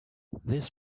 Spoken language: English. this